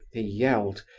ah yelled.